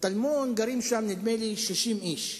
בטלמון גרים, נדמה לי, 60 איש.